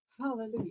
hallelujah